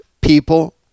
people